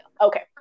okay